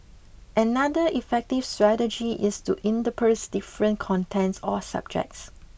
another effective strategy is to intersperse different contents or subjects